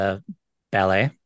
ballet